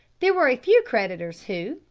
there were a few creditors who,